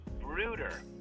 Brooder